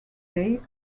day